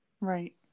right